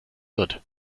wird